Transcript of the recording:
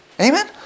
Amen